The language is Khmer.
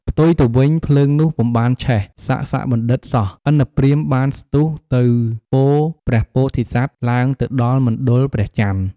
ផ្ទុយទៅវិញ ភ្លើងនោះពុំបានឆេះ សសបណ្ឌិតសោះ ឥន្ទព្រាហ្មណ៏បានស្ទុះទៅពព្រះពោធិសត្វឡើងទៅដល់មណ្ឌលព្រះចន្ទ។